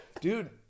Dude